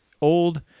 old